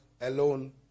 alone